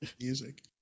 music